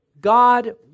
God